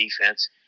defense